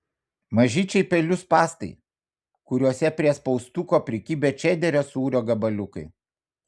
mažyčiai pelių spąstai kuriuose prie spaustuko prikibę čederio sūrio gabaliukai